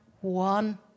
one